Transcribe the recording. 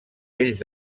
pells